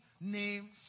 name's